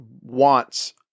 wants